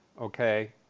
okay